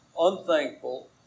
unthankful